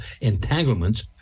entanglements